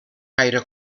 gaire